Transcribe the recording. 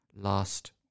last